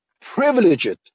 privileged